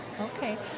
Okay